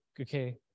okay